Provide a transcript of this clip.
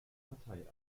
partei